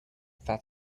that